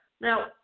Now